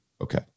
Okay